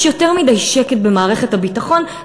יש יותר מדי שקט במערכת הביטחון,